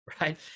right